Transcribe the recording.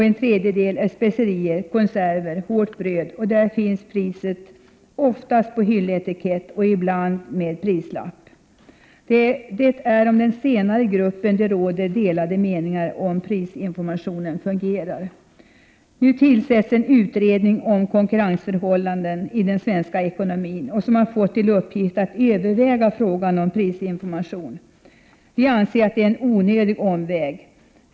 En tredjedel är specerier, konserver, hårt bröd, och där finns priset oftast på hylletikett och ibland på prislapp. Det är när det gäller den senare gruppen som det råder delade meningar om huruvida prisinformationen fungerar. Nu tillsätts en utredning om konkurrensförhållandena i den svenska ekonomin, och denna utredning har fått till uppgift att överväga frågan om prisinformation. Vi anser att det är en onödig omväg.